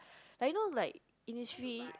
I know like Innisfree